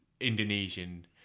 Indonesian